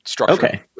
Okay